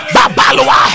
Babalua